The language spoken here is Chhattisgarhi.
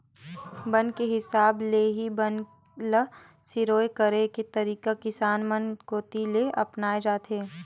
बन के हिसाब ले ही बन ल सिरोय करे के तरीका किसान मन कोती ले अपनाए जाथे